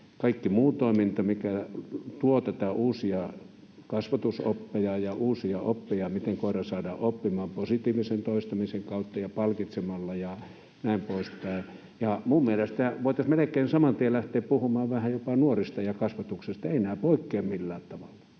kaikki muu toiminta, mikä tuo näitä uusia kasvatusoppeja ja uusia oppeja, miten koira saadaan oppimaan positiivisen toistamisen kautta ja palkitsemalla ja näin poispäin. Minun mielestäni voitaisiin melkein saman tien lähteä puhumaan vähän jopa nuorista ja kasvatuksesta — eivät nämä poikkea millään tavalla.